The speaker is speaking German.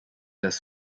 das